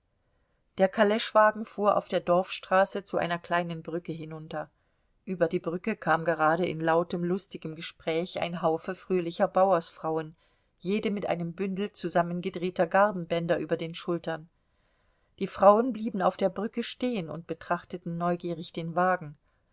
der kaleschwagen fuhr auf der dorfstraße zu einer kleinen brücke hinunter über die brücke kam gerade in lautem lustigem gespräch ein haufe fröhlicher bauersfrauen jede mit einem bündel zusammengedrehter garbenbänder über den schultern die frauen blieben auf der brücke stehen und betrachteten neugierig den wagen